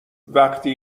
وقتی